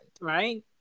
right